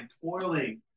toiling